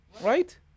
right